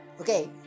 okay